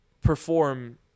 perform